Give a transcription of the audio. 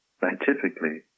scientifically